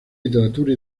literatura